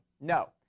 No